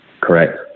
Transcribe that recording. correct